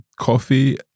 Coffee